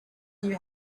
knew